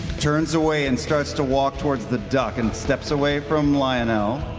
turns away and starts to walk towards the duck and steps away from lionel.